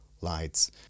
lights